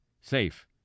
safe